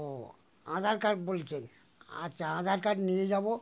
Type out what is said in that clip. ও Aadhaar card বলছেন আচ্ছা Aadhaar card নিয়ে যাবো